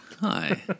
Hi